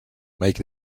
make